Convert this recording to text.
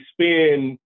spend